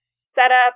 setup